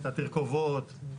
את התרכובות,